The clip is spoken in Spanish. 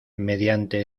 mediante